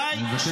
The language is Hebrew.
אני בהלם.